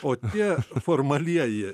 o tie formalieji